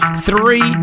Three